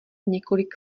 několik